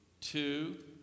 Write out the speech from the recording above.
two